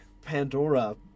Pandora